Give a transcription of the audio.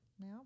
now